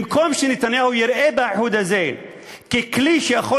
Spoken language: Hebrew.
במקום שנתניהו יראה באיחוד הזה כלי שיכול